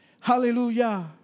Hallelujah